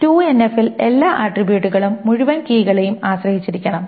2NF ൽ എല്ലാ ആട്രിബ്യൂട്ടുകളും മുഴുവൻ കീകളെയും ആശ്രയിച്ചിരിക്കണം